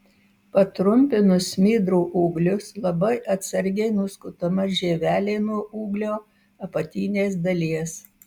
patrumpinus smidrų ūglius labai atsargiai nuskutama žievelė nuo ūglio apatinės dalies